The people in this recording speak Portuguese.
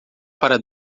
para